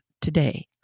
today